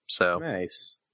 Nice